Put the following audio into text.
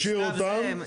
אשאיר אותם.